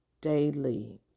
daily